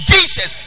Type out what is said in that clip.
Jesus